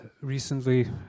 recently